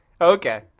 Okay